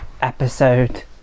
episode